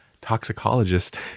toxicologist